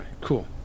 cool